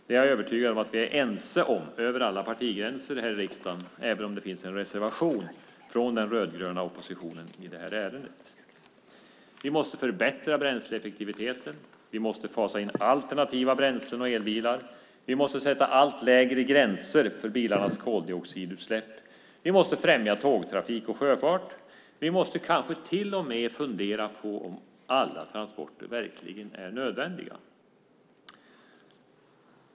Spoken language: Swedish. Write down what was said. Jag är övertygad om att vi är ense om detta över alla partigränser här i riksdagen, även om det finns en reservation från den rödgröna oppositionen i det här ärendet. Vi måste förbättra bränsleeffektiviteten. Vi måste fasa in alternativa bränslen och elbilar. Vi måste sätta allt lägre gränser för bilarnas koldioxidutsläpp. Vi måste främja tågtrafik och sjöfart. Vi måste kanske till och med fundera på om alla transporter verkligen är nödvändiga.